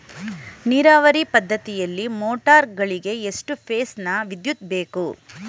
ನೀರಾವರಿ ಪದ್ಧತಿಯಲ್ಲಿ ಮೋಟಾರ್ ಗಳಿಗೆ ಎಷ್ಟು ಫೇಸ್ ನ ವಿದ್ಯುತ್ ಬೇಕು?